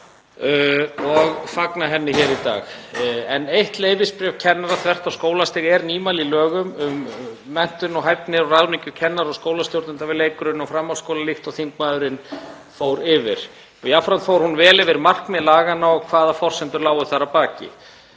og fagna henni hér í dag. Eitt leyfisbréf kennara þvert á skólastig er nýmæli í lögum um menntun og hæfni og ráðningu kennara og skólastjórnenda við leik-, grunn- og framhaldsskóla líkt og þingmaðurinn fór yfir. Jafnframt fór hún vel yfir markmið laganna og hvaða forsendur lágu þar að baki.